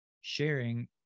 sharing